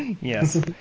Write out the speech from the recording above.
Yes